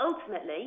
Ultimately